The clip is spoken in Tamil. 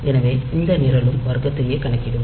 எனவே இந்த நிரலும் வர்க்கத்தையே கணக்கிடும்